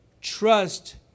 trust